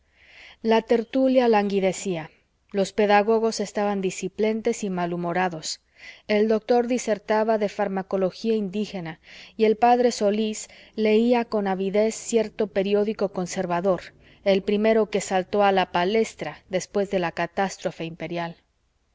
la tertulia languidecía los pedagogos estaban displicentes y mal humorados el doctor disertaba de farmacología indígena y el p solís leía con avidez cierto periódico conservador el primero que saltó a la palestra después de la catástrofe imperial